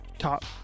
top